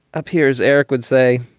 appears eric would say.